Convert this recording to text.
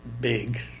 big